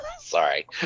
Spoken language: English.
sorry